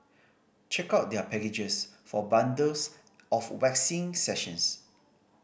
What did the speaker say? check out their packages for bundles of waxing sessions